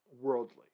worldly